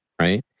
right